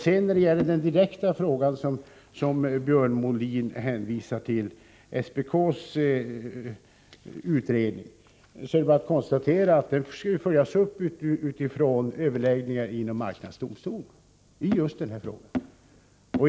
När det gäller den direkta fråga som Björn Molin hänvisar till och som gäller SPK:s utredning, kan jag bara konstatera att den skall följas upp utifrån överläggningar inom marknadsdomstolen.